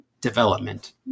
development